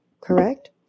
correct